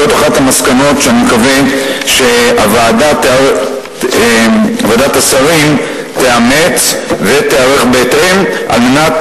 זאת אחת המסקנות שאני מקווה שוועדת השרים תאמץ ותיערך בהתאם על מנת,